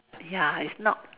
ya it's not